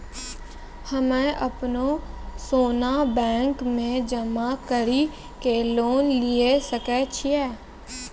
हम्मय अपनो सोना बैंक मे जमा कड़ी के लोन लिये सकय छियै?